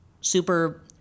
super